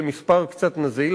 זה מספר קצת נזיל,